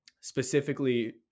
specifically